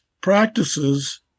practices